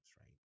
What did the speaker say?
right